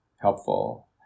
helpful